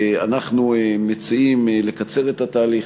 אנחנו מציעים לקצר את התהליך,